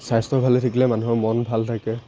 স্বাস্থ্য ভালে থাকিলে মানুহৰ মন ভাল থাকে